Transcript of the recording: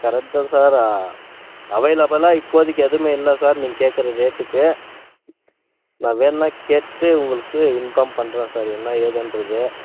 correct தான் sir அவைளபுளாக இப்போதைக்கி எதுவுமே இல்லை சார் நீங்கள் கேட்குறது ரேட்டுக்கு நான் வேணுன்னால் கேட்டு உங்களுக்கு நான் இன்ஃபார்ம் என்ன ஏதுங்றது